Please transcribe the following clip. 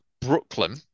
Brooklyn